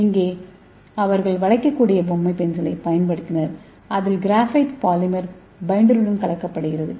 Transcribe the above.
இங்கே அவர்கள் வளைக்கக்கூடிய பொம்மை பென்சிலைப் பயன்படுத்தினர் அதில் கிராஃபைட் பாலிமர் பைண்டருடன் கலக்கப்படுகிறது